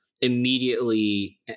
immediately